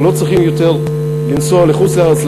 אנחנו לא צריכים יותר לנסוע לחוץ-לארץ,